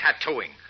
tattooing